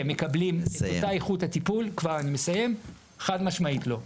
מקבלים את אותה איכות טיפול חד משמעית לא.